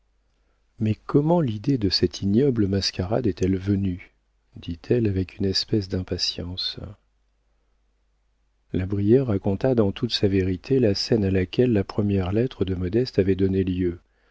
mais comment l'idée de cette ignoble mascarade est-elle venue dit-elle avec une espèce d'impatience la brière raconta dans toute sa vérité la scène à laquelle la première lettre de modeste avait donné lieu